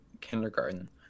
kindergarten